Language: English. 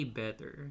better